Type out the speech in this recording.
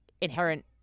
inherent